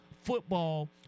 football